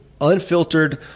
unfiltered